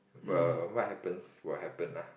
well what happens will happen lah